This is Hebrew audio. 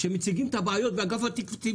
כשמציגים את הבעיות ואגף תקציבים קופץ,